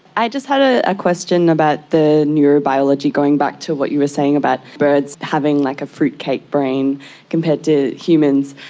i just had ah a question about the neurobiology, going back to what you were saying about birds having like a fruitcake brain compared to humans.